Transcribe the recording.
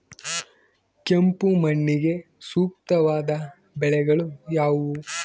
ಕೆಂಪು ಮಣ್ಣಿಗೆ ಸೂಕ್ತವಾದ ಬೆಳೆಗಳು ಯಾವುವು?